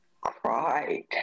cried